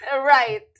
right